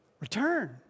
Return